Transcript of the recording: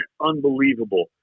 unbelievable